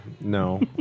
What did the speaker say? No